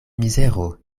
mizero